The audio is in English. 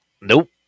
Nope